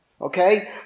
Okay